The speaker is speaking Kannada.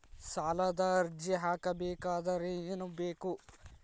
ಸಾಲದ ಅರ್ಜಿ ಹಾಕಬೇಕಾದರೆ ಏನು ಬೇಕು?